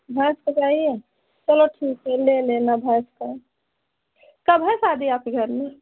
भैंस का चाहिए चलो ठीक है ले लेना भैंस का कब है शादी आपके घर में